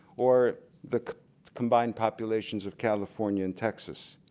or the combined population of california and texas.